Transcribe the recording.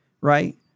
Right